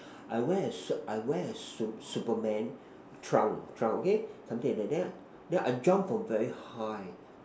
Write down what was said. I wear a shirt I wear a Su~ Superman trunk trunk okay something like that then I then I jump from very high